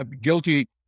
guilty